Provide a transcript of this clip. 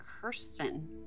Kirsten